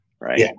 Right